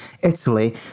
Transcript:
Italy